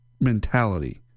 mentality